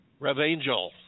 revangel